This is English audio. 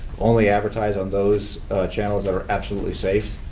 only advertise on those channels that are absolutely safe,